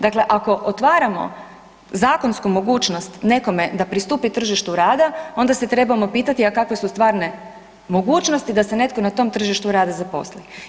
Dakle, ako otvaramo zakonsku mogućnost nekome da pristupi tržištu rada, onda se trebamo pitati a kakve su stvarne mogućnosti da se netko na tom tržištu rada zaposli.